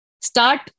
start